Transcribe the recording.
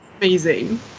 amazing